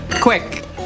Quick